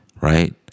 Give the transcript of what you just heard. right